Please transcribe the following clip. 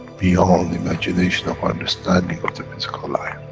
beyond imagination of understanding of the physical life.